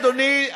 אדוני,